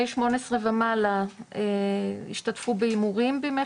שמונה עשרה ומעלה השתתפו בהימורים בשנה